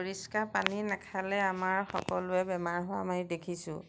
পৰিষ্কাৰ পানী নাখালে আমাৰ সকলোৱে বেমাৰ হোৱা আমি দেখিছোঁ